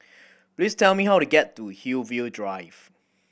please tell me how to get to Hillview Drive